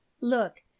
look